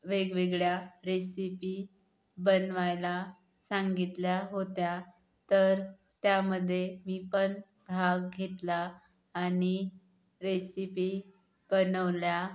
वेगवेगळ्या रेसिपी बनवायला सांगितल्या होत्या तर त्यामध्ये मी पण भाग घेतला आणि रेसिपी बनवल्या